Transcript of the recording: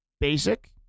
basic